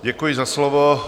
Děkuji za slovo.